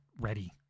ready